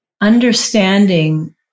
understanding